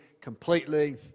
completely